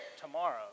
tomorrow